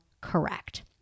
correct